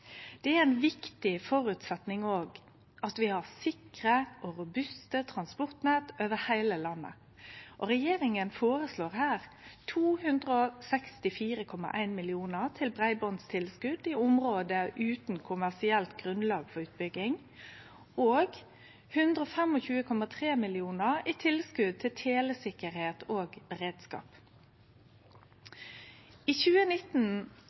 Det er også ein viktig føresetnad at vi har sikre og robuste transportledd over heile landet. Regjeringa føreslår her 264,1 mill. kr til breibandstilskot i område utan kommersielt grunnlag for utbygging og 125,3 mill. kr i tilskot til telesikkerheit og beredskap. I 2019